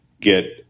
get